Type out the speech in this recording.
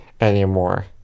anymore